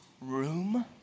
room